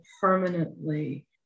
permanently